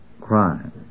crime